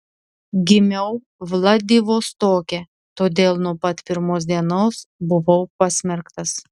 gimiau vladivostoke todėl nuo pat pirmos dienos buvau pasmerktas